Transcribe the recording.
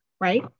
right